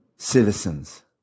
Citizens